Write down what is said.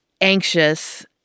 anxious